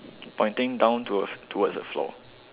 pointing down to towards the floor